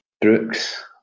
Brooks